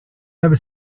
never